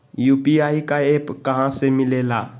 UPI का app कहा से मिलेला?